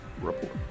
report